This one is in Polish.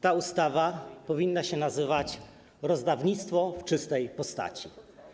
Ta ustawa powinna się nazywać: rozdawnictwo w czystej postaci.